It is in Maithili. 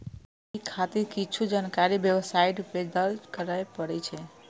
एहि खातिर किछु जानकारी वेबसाइट पर दर्ज करय पड़ै छै